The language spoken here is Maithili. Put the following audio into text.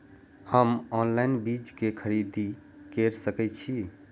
हम ऑनलाइन बीज के खरीदी केर सके छी?